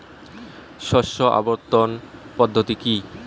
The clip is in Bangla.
শস্য আবর্তন পদ্ধতি কি?